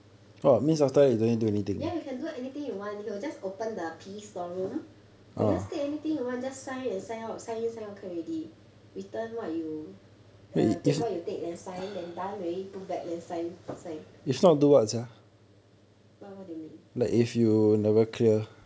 ya you can do anything you want he will open the P_E storeroom you just take anything you want just sign in and sign out sign in sign out can already return err take what you take then sign then done already put back then sign sign what what do you mean